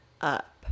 up